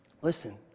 Listen